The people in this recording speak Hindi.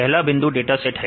पहला बिंदु डाटा सेट है